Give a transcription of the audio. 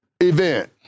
event